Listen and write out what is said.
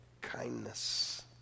Kindness